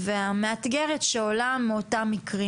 והמאתגרת של אותם מקרים.